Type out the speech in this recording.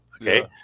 Okay